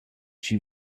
chi